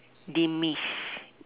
demise